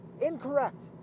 Incorrect